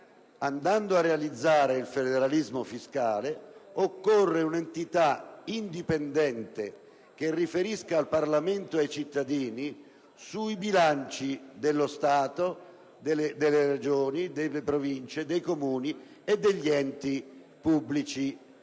andando a realizzare il federalismo fiscale, occorre un'entità indipendente che riferisca al Parlamento e ai cittadini sui bilanci dello Stato, delle Regioni, delle Province, dei Comuni e degli enti pubblici